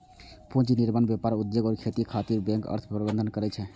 पूंजी निर्माण, व्यापार, उद्योग आ खेती खातिर बैंक अर्थ प्रबंधन करै छै